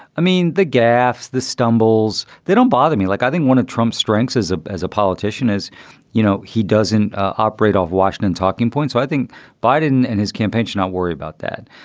i mean, the gaffes, the stumbles, they don't bother me. like i think one of trump's strengths is ah as a politician, as you know, he doesn't operate off washington talking points. i think biden and his campaign should not worry about that.